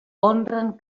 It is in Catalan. honren